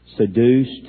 seduced